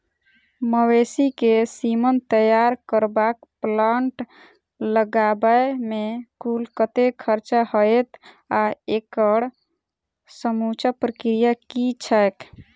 मवेसी केँ सीमन तैयार करबाक प्लांट लगाबै मे कुल कतेक खर्चा हएत आ एकड़ समूचा प्रक्रिया की छैक?